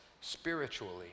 spiritually